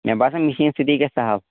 مےٚ باسان مِشیٖن سۭتی گژھِ سَہَل